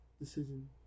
decision